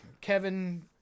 Kevin